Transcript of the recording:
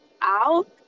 out